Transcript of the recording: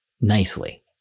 nicely